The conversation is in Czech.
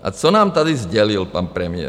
A co nám tady sdělil pan premiér?